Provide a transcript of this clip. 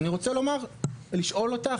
ואני רוצה לשאול אותך,